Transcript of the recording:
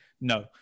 no